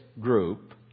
group